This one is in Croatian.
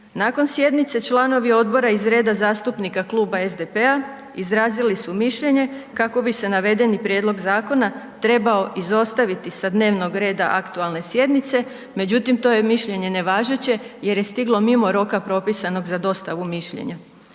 Nakon sjednice članovi odbora iz reda zastupnika Kluba SDP-a izrazili su mišljenje kako bi se navedeni prijedlog zakona trebao izostaviti sa dnevnog reda aktualne sjednice, međutim to je mišljenje nevažeće jer je stiglo mimo roka propisanog za dostavu mišljenja.